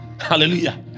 Hallelujah